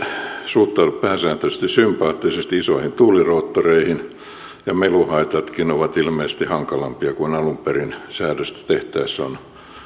suhtaudu pääsääntöisesti sympaattisesti isoihin tuuliroottoreihin ja meluhaitatkin ovat ilmeisesti hankalampia kuin alun perin säädöstä tehtäessä on